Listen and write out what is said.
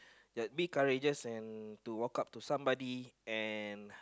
that big courageous and to walk up to somebody and